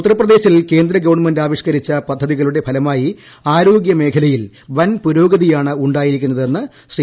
ഉത്തർപ്രദേശിൽ കേന്ദ്ര ഗവൺമെന്റ് ആവിഷ്ക്കരിച്ച പദ്ധതികളുടെ ഫലമായി ആരോഗ്യമേഖലയിൽ വൻ പുരോഗതിയാണ് ഉണ്ടായിരിക്കുന്നതെന്ന് ശ്രീ